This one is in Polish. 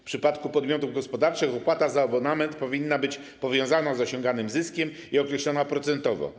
W przypadku podmiotów gospodarczych w opłata za abonament powinna być powiązana z osiąganym zyskiem i określona procentowo.